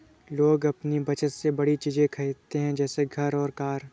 लोग अपनी बचत से बड़ी चीज़े खरीदते है जैसे घर और कार